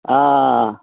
आं